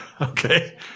Okay